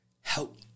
help